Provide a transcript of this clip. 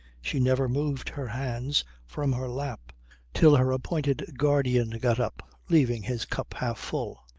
she never moved her hands from her lap till her appointed guardian got up, leaving his cup half full.